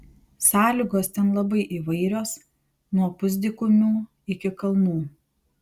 sąlygos ten labai įvairios nuo pusdykumių iki kalnų